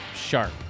sharp